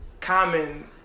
common